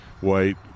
white